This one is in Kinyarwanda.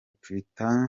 twitter